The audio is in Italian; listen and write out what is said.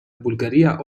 bulgaria